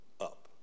up